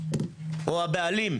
הגידופים,